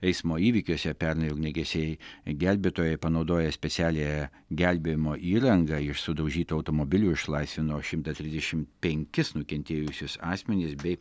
eismo įvykiuose pernai ugniagesiai gelbėtojai panaudoję specialiąją gelbėjimo įrangą iš sudaužytų automobilių išlaisvino šimtą trisdešimt penkis nukentėjusius asmenis bei